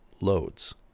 loads